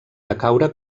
decaure